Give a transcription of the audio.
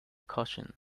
caution